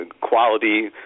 quality